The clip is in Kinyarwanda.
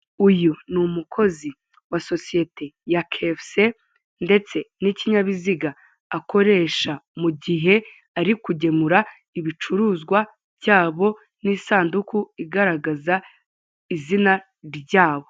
Uyu ni umukozi wa sosiyete ya kefuse ndetse n'ikinyabiziga, akoresha mu gihe ari kugemura ibicuruzwa byabo n'isanduku igaragaza izina ryabo.